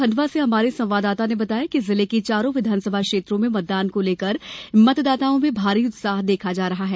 खण्डवा से हमारे संवाददाता ने बताया है कि जिले की चारो विधानसभा क्षेत्रों में मतदान को लेकर मतदाताओं में भारी उत्साह देखा जा रहा है